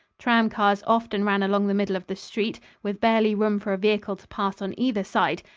tram cars often ran along the middle of the street, with barely room for a vehicle to pass on either side.